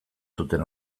zuten